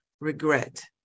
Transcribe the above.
regret